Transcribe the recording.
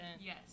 Yes